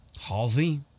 Halsey